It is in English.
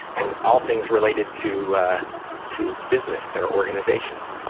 and all things related to ah to business or organizations.